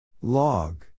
Log